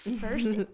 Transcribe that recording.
first